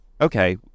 okay